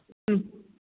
ह्म्